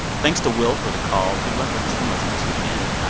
thanks to will for the call. good luck with the swim lessons this weekend.